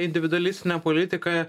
individualistinė politika